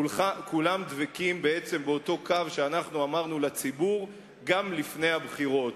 כולם דבקים בעצם באותו קו שאנחנו אמרנו לציבור גם לפני הבחירות.